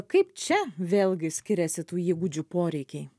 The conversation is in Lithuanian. kaip čia vėlgi skiriasi tų įgūdžių poreikiai